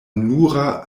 nura